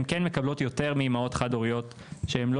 הן כן מקבלות יותר מאימהות חד הוריות שהן לא